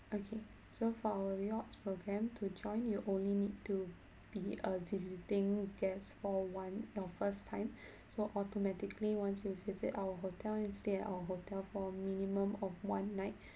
okay so for our rewards programme to join you only need to be a visiting guest for one your first time so automatically once you visit our hotel and stay at our hotel for a minimum of one night